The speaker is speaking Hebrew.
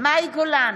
מאי גולן,